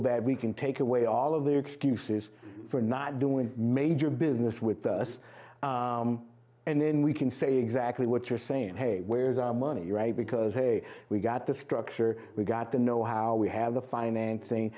bad we can take away all of the excuses for not doing major business with us and then we can say exactly what you're saying hey where's our money right because hey we got the structure we got the know how we have the financing